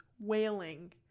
wailing